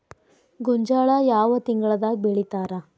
ಗೋಂಜಾಳ ಯಾವ ತಿಂಗಳದಾಗ್ ಬೆಳಿತಾರ?